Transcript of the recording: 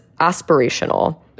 aspirational